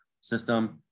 System